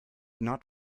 not